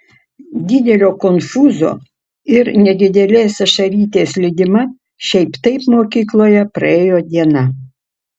didelio konfūzo ir nedidelės ašarytės lydima šiaip taip mokykloje praėjo diena